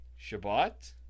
Shabbat